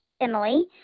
Emily